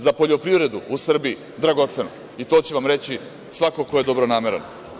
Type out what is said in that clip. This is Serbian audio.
Za poljoprivredu u Srbiji dragoceno i to će vam reći svako ko je dobronameran.